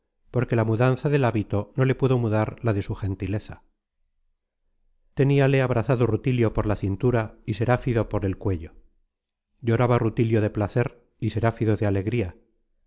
porque la mudanza del hábito no le pudo mudar la de su gentileza teníale abrazado rutilio por la cintura y seráfido por el cuello lloraba rutilio de placer y seráfido de alegría